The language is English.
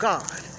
God